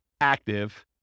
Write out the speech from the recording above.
active